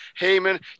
Heyman